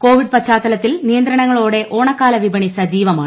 Covid പശ്ചാത്തലത്തിൽ നിയന്ത്രണങ്ങളോടെ ഓണക്കാല വിപണി സജീവമാണ്